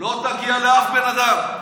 לא תגיע לאף בן אדם.